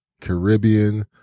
Caribbean